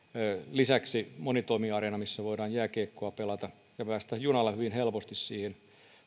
lisäksi monitoimiareena missä voidaan jääkiekkoa pelata ja päästään junalla hyvin helposti siihen